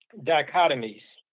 dichotomies